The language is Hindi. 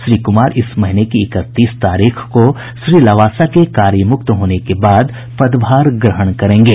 श्री कुमार इस महीने की इकतीस तारीख को श्री ल्वासा के कार्य मुक्त होने के बाद पदभार ग्रहण करेंगे